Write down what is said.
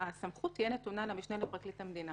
הסמכות תהיה נתונה למשנה לפרקליט המדינה.